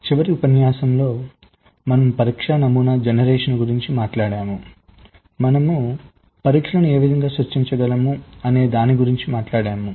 చివరి ఉపన్యాసంలో మనము పరీక్షా నమూనా జనరేషన్ గురించి మాట్లాడాము మనము పరీక్షలను ఏవిధముగా సృష్టించగలము అనే దాని గురించి కూడా మాట్లాడాము